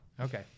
Okay